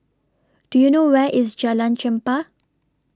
Do YOU know Where IS Jalan Chempah